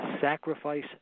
sacrifice